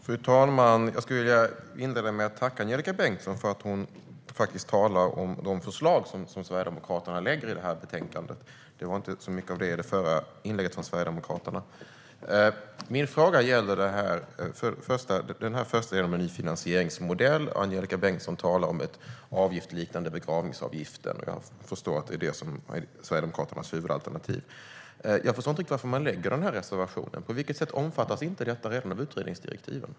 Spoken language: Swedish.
Fru talman! Jag vill inleda med att tacka Angelika Bengtsson för att hon faktiskt talar om de förslag som Sverigedemokraterna lägger fram i betänkandet. Det var inte mycket av det i Sverigedemokraternas förra inlägg. Min fråga gäller den nya finansieringsmodellen. Angelika Bengtsson talar om en avgift som ska likna begravningsavgiften. Jag förstår att det är Sverigedemokraternas huvudalternativ. Men jag förstår inte riktigt varför man lägger den här reservationen. På vilket sätt omfattas inte detta redan av utredningsdirektiven?